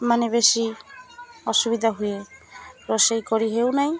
ମାନେ ବେଶୀ ଅସୁବିଧା ହୁଏ ରୋଷେଇ କରି ହେଉ ନାଇଁ